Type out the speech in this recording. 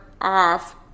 off